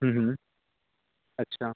अच्छा